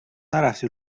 نرفتی